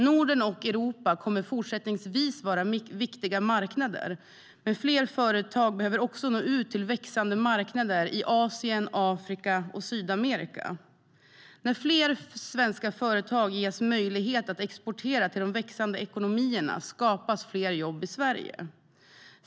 Norden och Europa kommer fortsättningsvis att vara viktiga marknader, men fler företag behöver också nå ut till växande marknader i Asien, Afrika och Sydamerika. När fler svenska företag ges möjlighet att exportera till de växande ekonomierna skapas fler jobb i Sverige.